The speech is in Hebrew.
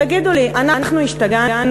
תגידו לי, אנחנו השתגענו?